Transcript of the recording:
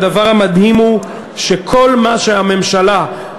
הדבר המדהים הוא שכל מה שהממשלה,